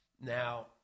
Now